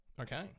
Okay